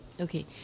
Okay